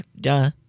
duh